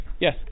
yes